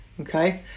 Okay